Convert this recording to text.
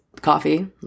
coffee